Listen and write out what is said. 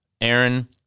Aaron